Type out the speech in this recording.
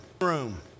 room